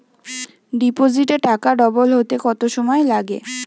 ডিপোজিটে টাকা ডবল হতে কত সময় লাগে?